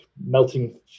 melting